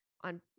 on